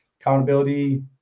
Accountability